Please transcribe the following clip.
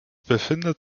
befindet